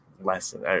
lesson